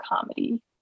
comedy